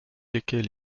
lesquels